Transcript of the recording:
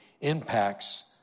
impacts